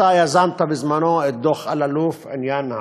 אתה יזמת בזמנו את דוח אלאלוף בעניין העוני.